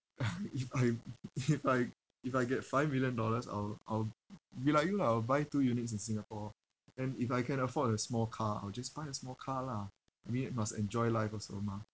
if I if I if I get five million dollars I'll I'll be like you lah I'll buy two units in singapore and if I can afford a small car I'll just buy a small car lah I mean must enjoy life also mah